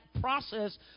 process